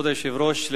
כבוד היושב-ראש,